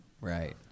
Right